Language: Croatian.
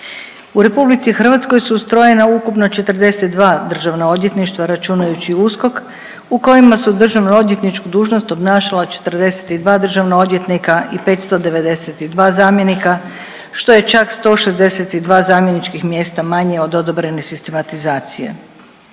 U Republici Hrvatskoj su ustrojena ukupno 42 državna odvjetništva računajući USKOK u kojima su državno odvjetničku dužnost obnašala 42 državna odvjetnika i 592 zamjenika što je čak 162 zamjeničkih mjesta manje od odobrene sistematizacije.